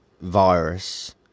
virus